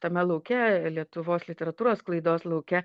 tame lauke lietuvos literatūros sklaidos lauke